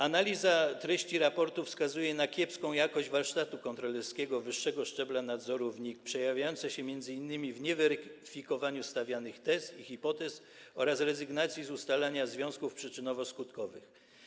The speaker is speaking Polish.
Analiza treści raportów wskazuje na kiepską jakość warsztatu kontrolerskiego wyższego szczebla nadzoru w NIK, przejawiającą się m.in. w nieweryfikowaniu stawianych tez i hipotez oraz rezygnacji z ustalania związków przyczynowo-skutkowych.